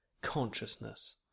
Consciousness